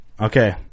okay